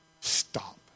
Stop